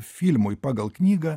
filmui pagal knygą